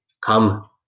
Come